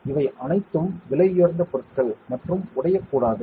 இவை அனைத்தும் விலையுயர்ந்த பொருட்கள் மற்றும் உடையக் கூடாது